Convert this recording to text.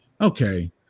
okay